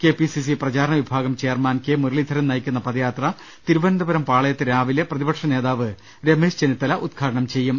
K P CC പ്രചാരണവിഭാഗം chairman K Muraleedharan നയിക്കുന്ന പദയാത്ര തിരുവ നന്തപുരം പാളയത്ത് രാവിലെ പ്രതിപക്ഷ നേതാവ് രമേശ് ചെന്നിത്തല ഉദ്ഘാടനം ചെയ്യും